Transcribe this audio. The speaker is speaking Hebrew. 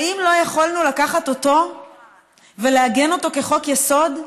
האם לא יכולנו לקחת אותו ולעגן אותו כחוק-יסוד?